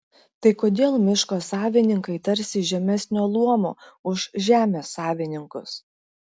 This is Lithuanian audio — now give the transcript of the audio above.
tai kodėl miško savininkai tarsi žemesnio luomo už žemės savininkus